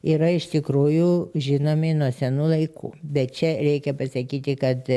yra iš tikrųjų žinomi nuo senų laikų bet čia reikia pasakyti kad